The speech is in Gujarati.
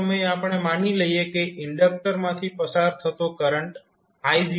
તે સમયે આપણે માની લઈએ કે ઇન્ડક્ટર માંથી પસાર થતો કરંટ I0 છે